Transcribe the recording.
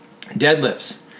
Deadlifts